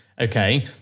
Okay